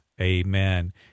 Amen